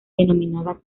denominada